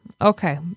okay